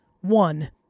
One